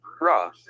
Raw